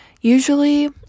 usually